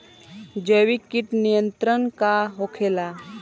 जैविक कीट नियंत्रण का होखेला?